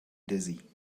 dizzy